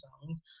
songs